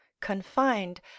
confined